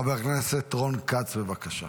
חבר הכנסת רון כץ, בבקשה.